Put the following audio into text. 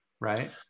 Right